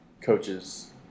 coaches